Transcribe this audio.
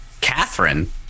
Catherine